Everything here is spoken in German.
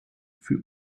für